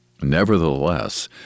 Nevertheless